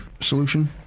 solution